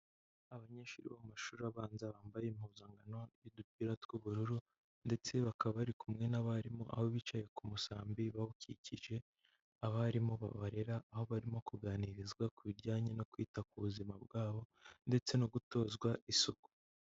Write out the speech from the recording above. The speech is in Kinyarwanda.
Abanyeshuri bo mu mashuri abanza bambaye impuzankano n'udupira tw'ubururu, ndetse bakaba bari kumwe n'abarimu aho bicaye ku musambi bawukikije, abarimu babarera aho barimo kuganirizwa ku bijyanye no kwita ku buzima bwabo, ndetse no gutozwa isuku.